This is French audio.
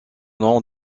nom